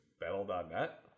Battle.net